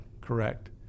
Correct